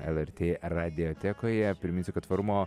lrt radiotekoje priminsiu kad tvarumo